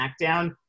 SmackDown